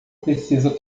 precisa